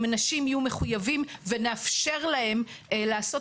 אם אנשים יהיו מחויבים ונאפשר להם לעשות